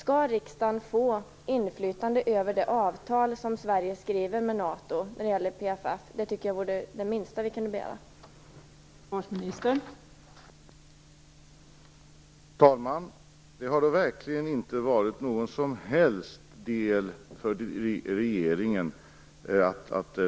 Skall riksdagen få inflytande över det avtal som Sverige skriver med NATO när det gäller PFF? Det vore det minsta man kan begära, tycker jag.